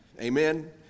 Amen